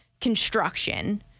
construction